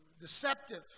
deceptive